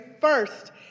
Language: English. first